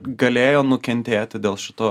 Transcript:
galėjo nukentėti dėl šitų